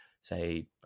say